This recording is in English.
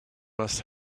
must